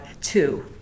two